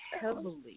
heavily